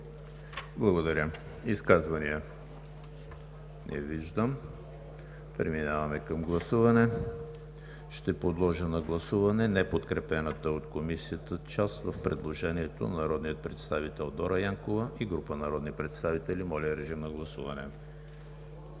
Благодаря. Изказвания? Не виждам. Преминаваме към гласуване. Ще подложа на гласуване неподкрепената от Комисията част в предложението на народния представител Дора Янкова и група народни представители. Гласували